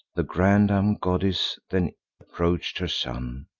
the grandam goddess then approach'd her son,